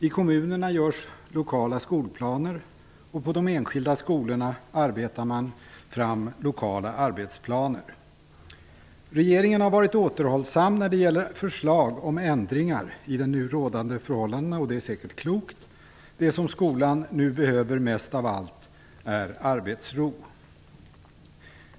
I kommunerna görs lokala skolplaner, och på de enskilda skolorna arbetar man fram lokala arbetsplaner. Regeringen har varit återhållsam när det gäller förslag om ändringar i de nu rådande förhållandena, och det är säkert klokt. Det som skolan nu behöver mest av allt är arbetsro.